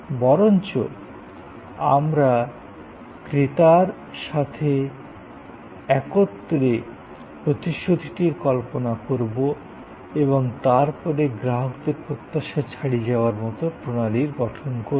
বরঞ্চ আমরা ক্রেতার সাথে একত্রে প্রতিশ্রূতিটির কল্পনা করবো এবং তারপরে গ্রাহকদের প্রত্যাশা ছাড়িয়ে যাওয়ার মতন প্রণালীর গঠন করবো